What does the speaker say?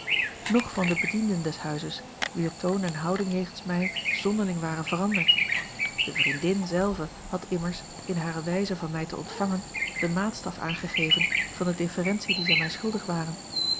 noch van de bedienden des huizes wier toon en houding jegens mij zonderling waren veranderd de vriendin zelve had immers in hare wijze van mij te ontvangen den maatstaf aangegeven van de deferentie die zij mij schuldig waren